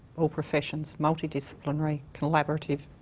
all professions, multidisciplinary, collaborative,